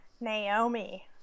naomi